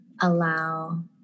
allow